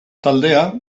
taldea